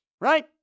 right